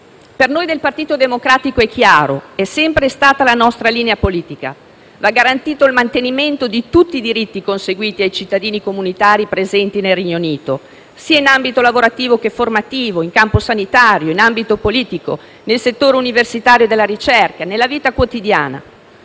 Per noi del Partito Democratico è chiaro, è sempre stata la nostra linea politica. Va garantito il mantenimento di tutti i diritti conseguiti ai cittadini comunitari presenti nel Regno Unito, sia in ambito lavorativo che formativo, in campo sanitario, in ambito politico, nel settore universitario e della ricerca, nella vita quotidiana.